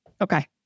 Okay